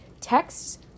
texts